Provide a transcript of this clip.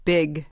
Big